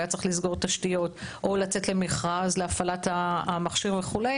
והיה צריך לסגור תשתיות או לצאת למכרז להפעלת המכשיר וכו',